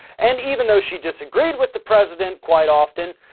and even though she disagreed with the president quite often,